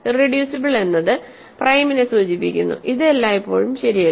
irreducible എന്നത് പ്രൈമിനെ സൂചിപ്പിക്കുന്നു ഇത് എല്ലായ്പ്പോഴും ശരിയല്ല